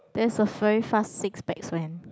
that's a very fast six packs man